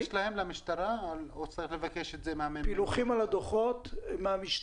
למשטרה יש פילוחים לגבי הדוחות או צריך לבקש ממרכז המחקר?